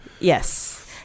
Yes